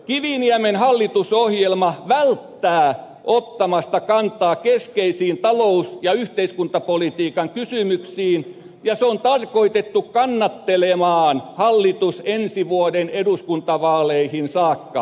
kiviniemen hallitusohjelma välttää ottamasta kantaa keskeisiin talous ja yhteiskuntapolitiikan kysymyksiin ja se on tarkoitettu kannattelemaan hallitus ensi vuoden eduskuntavaaleihin saakka